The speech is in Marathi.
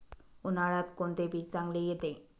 उन्हाळ्यात कोणते पीक चांगले येते?